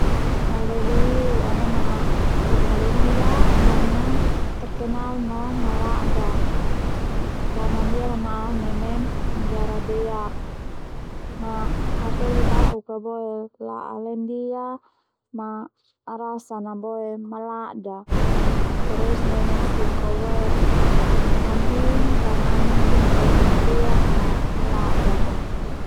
Au lebih hi u'a nanak Italia karna terkenal no malada karna ndia nanak neme negara deak, ma hatoli bauk a boe la'a laindia ma rasa na boe malada terus nai Mexico boe au hin karna mungkin neme deak ma malada boe.